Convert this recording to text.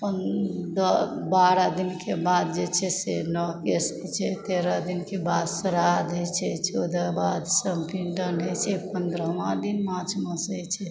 बारह दिनके बाद जे छै से नौह केश होइ छै तेरह दिनके बाद श्राद्ध होइ छै ओकर बाद पिण्डदान होइ छै पन्द्रहमा दिन मास माछ होइ छै